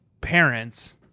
parents